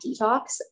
detox